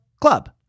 Club